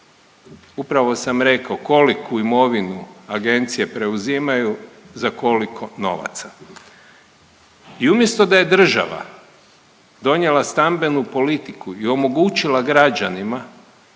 upravo sam rekao koliku imovinu agencije preuzimaju, za koliko novaca. I umjesto da je država donijela stambenu politiku i omogućila građanima